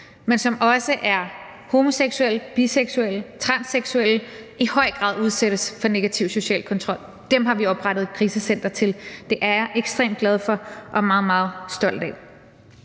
men som også er homoseksuelle, biseksuelle, transseksuelle, i høj grad udsættes for negativ social kontrol. Dem har vi oprettet et krisecenter til. Det er jeg ekstremt glad for og meget, meget stolt af.